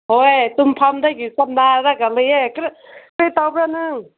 ꯍꯣꯏ ꯇꯨꯝꯐꯝꯗꯒꯤ ꯁꯥꯟꯅꯔꯒ ꯂꯩꯌꯦ ꯀꯔꯤ ꯇꯧꯕ꯭ꯔꯥ ꯅꯪ